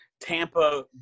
Tampa